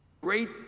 great